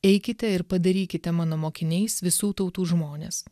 eikite ir padarykite mano mokiniais visų tautų žmones